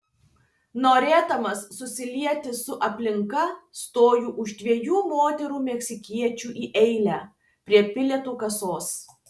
norėdamas susilieti su aplinka stoju už dviejų moterų meksikiečių į eilę prie bilietų kasos